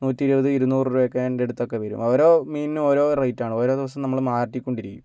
നൂറ്റി ഇരുപത് ഇരുനൂറ് രൂപയൊക്കേടെ അടുത്തൊക്കെ വരും ഓരോ മീനിനും ഓരോ റേറ്റാണ് ഓരോ ദിവസം നമ്മൾ മാറ്റി കൊണ്ടിരിക്കും